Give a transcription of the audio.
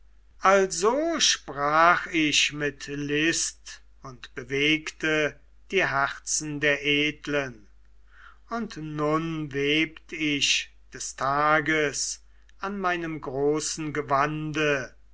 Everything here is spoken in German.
also sprach ich mit list und bewegte die herzen der edlen und nun webt ich des tages an meinem großen gewände